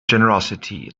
generosity